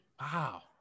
Wow